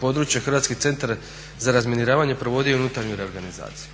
područja Hrvatski centar za razminiravanje provodio i unutarnju reorganizaciju.